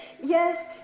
Yes